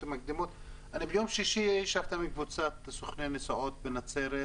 ביום שישי ישבתי עם קבוצת סוכני נסיעות בנצרת,